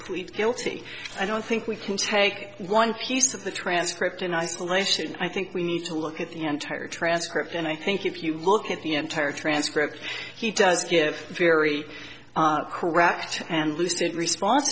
plead guilty i don't think we can take one piece of the transcript in isolation i think we need to look at the enter transcript and i think if you look at the entire transcript he does give a very correct and lucid response